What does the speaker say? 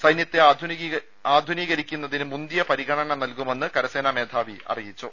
സൈന്യത്തെ ആധുനീ കരിക്കുന്നതിന് മുന്തിയ പരിഗണന നൽകുമെന്ന് കരസേനാ മേധാവി അറിയിച്ചു